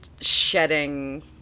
Shedding